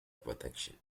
protection